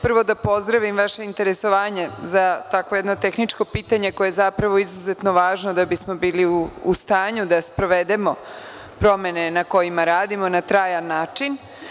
Prvo da pozdravim vaše interesovanje za takvo jedno tehničko pitanje koje je zapravo izuzetno važno da bismo bili u stanju da sprovedemo promene na kojima radimo na trajan način.